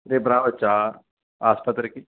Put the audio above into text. రేపు రావచ్చా ఆసుపత్రికి